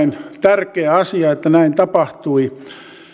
tärkeä asia että näin tapahtui